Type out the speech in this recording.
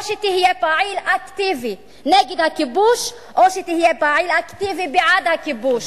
או שתהיה פעיל אקטיבי נגד הכיבוש או שתהיה פעיל אקטיבי בעד הכיבוש,